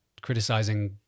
criticizing